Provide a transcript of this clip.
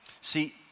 See